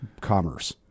commerce